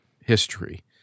history